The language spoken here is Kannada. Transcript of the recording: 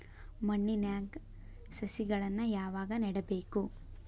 ಮಣ್ಣಿನ್ಯಾಗ್ ಸಸಿಗಳನ್ನ ಯಾವಾಗ ನೆಡಬೇಕು?